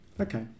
Okay